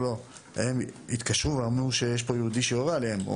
הם התקשרו ואמרו שיש פה יהודי שיורה עליהם.